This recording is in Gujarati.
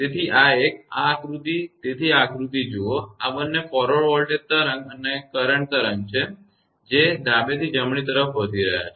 તેથી આ એક આ આકૃતિ તેથી આ આકૃતિ જુઓ આ બંને ફોરવર્ડ વોલ્ટેજ તરંગ અને કરંટ તરંગ એ ડાબેથી જમણે તરફ વધી રહયા છે